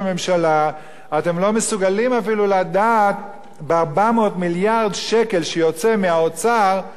אתם לא מסוגלים אפילו לדעת ב-400 מיליארד שקל שיוצאים מהאוצר איזה